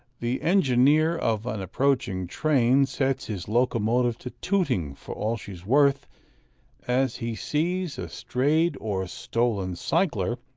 the engineer of an approaching train sets his locomotive to tooting for all she is worth as he sees a strayed or stolen cycler,